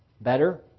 better